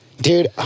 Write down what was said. Dude